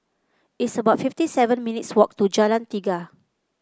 it's about fifty seven minutes' walk to Jalan Tiga